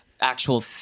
actual